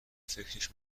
فکرش